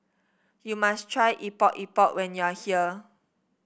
you must try Epok Epok when you are here